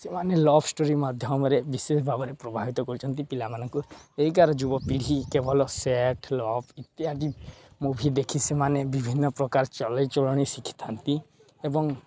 ସେମାନେ love story ମାଧ୍ୟମରେ ବିଶେଷ ଭାବରେ ପ୍ରଭାବିତ କରଛନ୍ତି ପିଲାମାନଙ୍କୁ ଏବେକାର ଯୁବପିଢ଼ି କେବଳ ସେକ୍ସ୍ ଲଭ୍ ଇତ୍ୟାଦି ମୁଭି ଦେଖି ସେମାନେ ବିଭିନ୍ନପ୍ରକାର ଚାଲିଚଳଣି ଶିଖିଥାନ୍ତି ଏବଂ